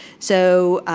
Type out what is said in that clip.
so